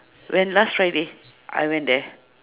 when last friday I went there